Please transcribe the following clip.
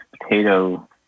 potato